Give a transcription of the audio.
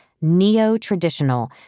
neo-traditional